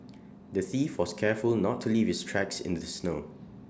the thief was careful to not leave his tracks in the snow